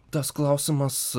tas klausimas